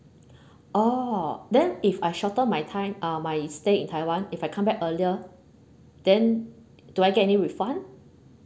orh then if I shortened my time uh my stay in taiwan if I come back earlier then do I get any refund